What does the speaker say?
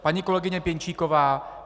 Paní kolegyně Pěnčíková.